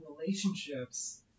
relationships